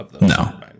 no